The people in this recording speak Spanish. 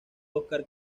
óscar